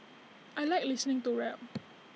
I Like listening to real